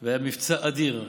זה היה מבצע אדיר,